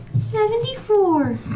Seventy-four